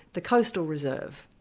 the coastal reserve.